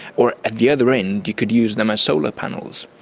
or at the other end you could use them as solar panels,